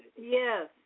Yes